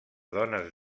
dones